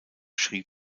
schrieb